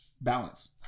balance